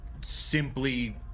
Simply